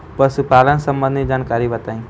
पशुपालन सबंधी जानकारी बताई?